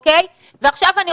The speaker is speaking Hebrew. ועכשיו,